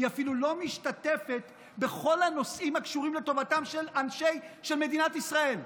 היא אפילו לא משתתפת בכל הנושאים הקשורים לטובתם של אנשי מדינת ישראל.